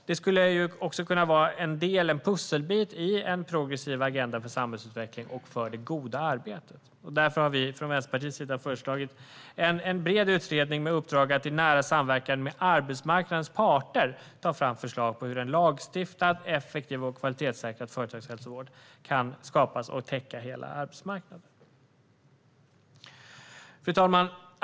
Det skulle kunna vara en pusselbit i en progressiv agenda för samhällsutveckling och för det goda arbetet. Därför har vi från Vänsterpartiet föreslagit en bred utredning med uppdrag att i nära samverkan med arbetsmarknadens parter ta fram förslag på hur en lagstiftad, effektiv och kvalitetssäkrad företagshälsovård kan skapas och täcka hela arbetsmarknaden. Fru talman!